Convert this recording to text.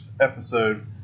episode